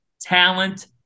talent